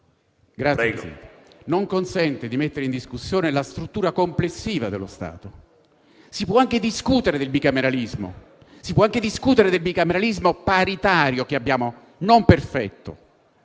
non consente di mettere in discussione la struttura complessiva dello Stato. Si può anche discutere del bicameralismo paritario che abbiamo, non perfetto,